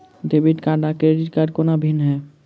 Debit card आ credit कोना भिन्न है?